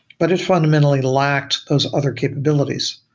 but it fundamentally lacked those other capabilities.